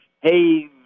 hey